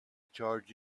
charge